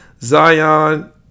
Zion